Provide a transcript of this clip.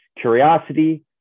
Curiosity